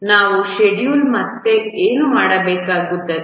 ನಾವು ಶೆಡ್ಯೂಲ್ ಅನ್ನು ಮತ್ತೆ ಮಾಡಬೇಕಾಗಿದೆ